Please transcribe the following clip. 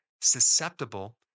susceptible